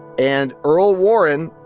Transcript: and earl warren,